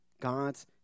God's